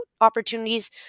opportunities